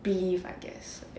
belief I guess